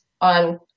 on